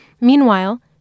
Meanwhile